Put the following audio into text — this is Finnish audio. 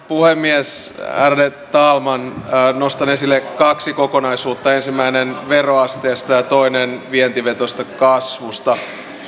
puhemies ärade talman nostan esille kaksi kokonaisuutta ensimmäisen veroasteesta ja toisen vientivetoisesta kasvusta